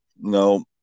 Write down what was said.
no